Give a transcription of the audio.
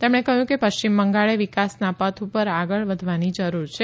તેમણે કહ્યું કે પશ્ચિમ બંગાળે વિકાસના પથ પર આગળ વધવાની જરૂર છે